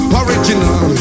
original